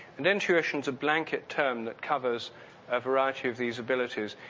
and intuition is a blanket term that covers a variety of these abilities,